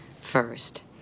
First